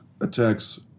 attacks